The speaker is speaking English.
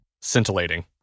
Scintillating